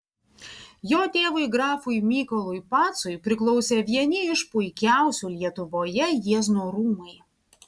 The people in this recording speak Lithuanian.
jo tėvui grafui mykolui pacui priklausė vieni iš puikiausių lietuvoje jiezno rūmai